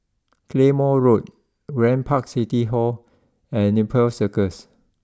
Claymore Road Grand Park City Hall and Nepal Circus